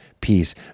peace